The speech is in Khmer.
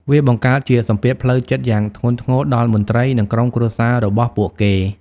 វាបង្កើតជាសម្ពាធផ្លូវចិត្តយ៉ាងធ្ងន់ធ្ងរដល់មន្ត្រី និងក្រុមគ្រួសាររបស់ពួកគេ។